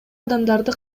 адамдарды